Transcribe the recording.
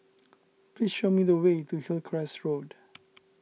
please show me the way to Hillcrest Road